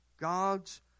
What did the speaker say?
God's